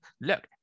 look